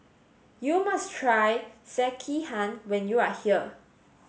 you must try Sekihan when you are here